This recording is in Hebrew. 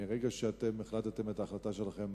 מרגע שהחלטתם את החלטתכם,